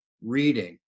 reading